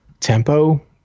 Tempo